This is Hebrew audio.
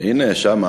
איפה הם?